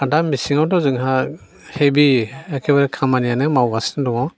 दा मेसेङावथ' जोंहा हेभि एखेबारे खामानियानो मावगासिनो दङ